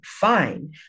fine